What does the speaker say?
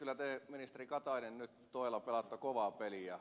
kyllä te ministeri katainen nyt todella pelaatte kovaa peliä